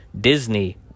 disney